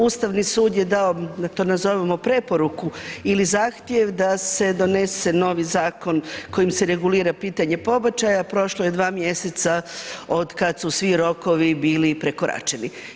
Ustavni sud je dao, da to nazovemo preporuku ili zahtjev da se donese novi zakon kojim se regulira pitanje pobačaja, prošlo je 2 mjeseca od kad su svi rokovi bili prekoračeni.